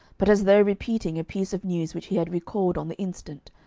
but as though repeating a piece of news which he had recalled on the instant,